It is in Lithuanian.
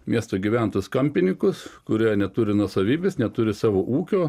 miesto gyventojus kampininkus kurie neturi nuosavybės neturi savo ūkio